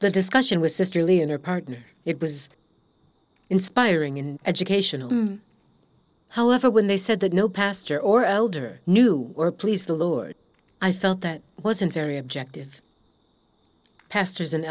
the discussion was sister lee and her partner it was inspiring and educational however when they said that no pastor or elder knew or please the lord i felt that i wasn't very objective pastors